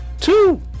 two